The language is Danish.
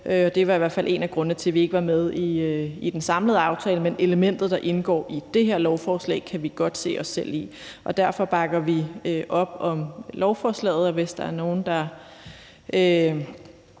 Det var i hvert fald en af grundene til, at vi ikke var med i den samlede aftale. Men elementet, der indgår i det her lovforslag, kan vi godt se os selv i, og derfor bakker vi op om lovforslaget, og hvis der er nogen, der